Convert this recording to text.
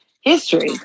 history